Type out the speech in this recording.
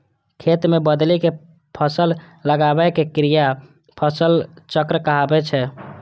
खेत मे बदलि कें फसल लगाबै के क्रिया फसल चक्र कहाबै छै